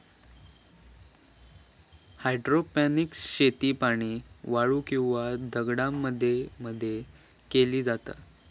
hydroponics शेती पाणी, वाळू किंवा दगडांमध्ये मध्ये केली जाता